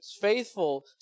faithful